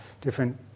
different